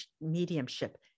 mediumship